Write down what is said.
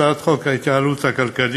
הצעת חוק במסגרת הצעת החוק ההתייעלות הכלכלית.